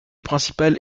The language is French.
principale